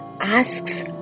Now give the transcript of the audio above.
asks